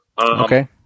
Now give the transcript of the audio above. Okay